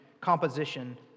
composition